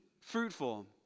fruitful